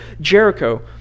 jericho